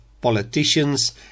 politicians